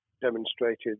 demonstrated